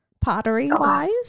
pottery-wise